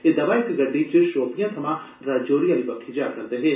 एह् दवै इक गड्डी च शोपियां पीमां राजौरी आली बक्खी जा'रदे हे